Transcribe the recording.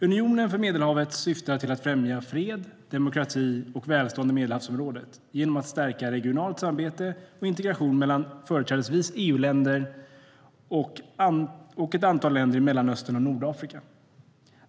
Unionen för Medelhavet syftar till att främja fred, demokrati och välstånd i Medelhavsområdet genom att stärka regionalt samarbete och integration mellan företrädesvis EU-länder och ett antal länder i Mellanöstern och Nordafrika.